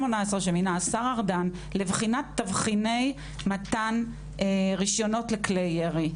שמינה השר ארדן לבחינת תבחיני מתן רישיונות לכלי ירי.